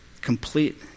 complete